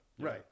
right